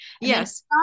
yes